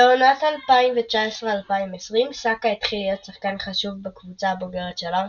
בעונת 2019/2020 סאקה התחיל להיות שחקן חשוב בקבוצה הבוגרת של ארסנל,